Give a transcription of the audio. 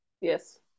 Yes